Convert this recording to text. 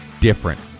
different